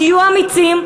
תהיו אמיצים,